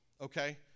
okay